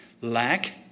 lack